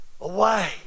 away